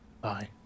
Bye